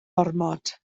ormod